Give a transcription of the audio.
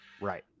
right